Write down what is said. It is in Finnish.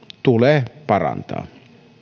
tulee parantaa